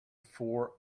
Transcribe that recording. for